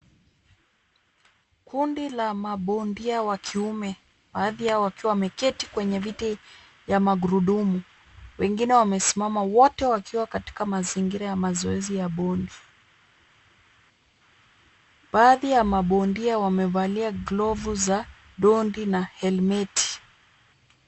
Kundi la mabondia wa kiume baadhi yao wakiwa wameketi kwenye viti vya magurudumu. Wengine wamesimama wote wakiwa katika mazingira ya mazoezi ya bondi. Baadhi ya mabondia wamevalia glovu za ndondi na helmeti .